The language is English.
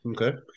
okay